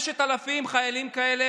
5,000 חיילים כאלה